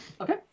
Okay